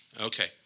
Okay